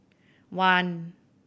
one